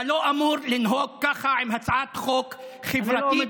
אתה לא אמור לנהוג ככה עם הצעת חוק חברתית.